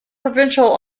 provincial